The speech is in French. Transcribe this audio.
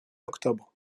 octobre